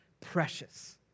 precious